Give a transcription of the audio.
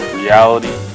reality